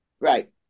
Right